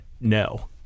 No